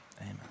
amen